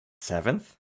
seventh